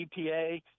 EPA